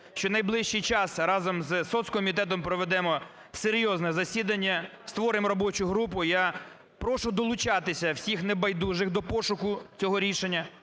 що найближчий час разом з соцкомітетом проведемо серйозне засідання, створимо робочу групу. Я прошу долучатися всіх небайдужих до пошуку цього рішення.